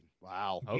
Wow